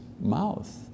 mouth